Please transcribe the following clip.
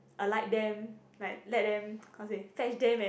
alight them like let them how to say fetch them and